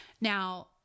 Now